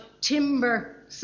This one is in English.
timber